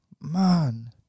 man